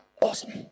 Awesome